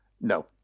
No